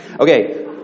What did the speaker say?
Okay